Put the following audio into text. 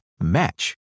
match